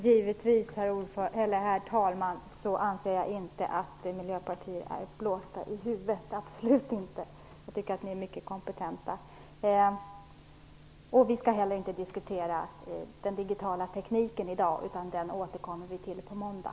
Herr talman! Givetvis anser jag inte att miljöpartisterna är blåsta i huvudet. Jag tycker att ni är mycket kompetenta. Vi skall inte som sagt diskutera den digitala tekniken i dag, utan den frågan återkommer vi till på måndag.